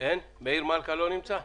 מאיר מלכה לא נמצא?